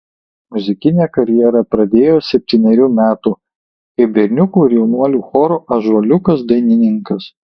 muzikinę karjerą pradėjo septynerių metų kaip berniukų ir jaunuolių choro ąžuoliukas dainininkas